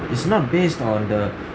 it's not based on the